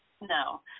No